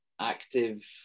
active